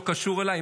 לא קשור אלי,